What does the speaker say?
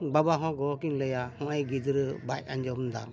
ᱵᱟᱵᱟ ᱦᱚᱸ ᱜᱚᱜᱚ ᱠᱤᱱ ᱞᱟᱹᱭᱟ ᱱᱚᱜ ᱚᱭ ᱜᱤᱫᱽᱨᱟᱹ ᱵᱟᱭ ᱟᱸᱡᱚᱢ ᱫᱟ